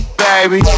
baby